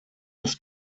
dass